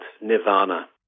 nirvana